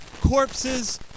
corpses